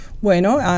bueno